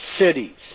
cities